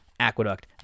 Aqueduct